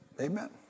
Amen